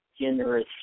generous